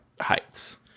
heights